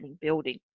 building